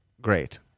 great